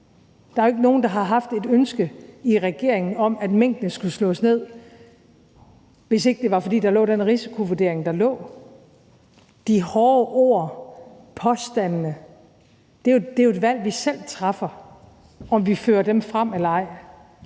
regeringen, der har haft et ønske om, at minkene skulle slås ned, hvis ikke det var, fordi der lå den risikovurdering, der lå. De hårde ord og påstandene er jo et valg, vi selv træffer, altså om vi fører dem frem eller ej.